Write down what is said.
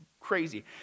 crazy